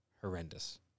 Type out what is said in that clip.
horrendous